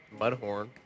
Mudhorn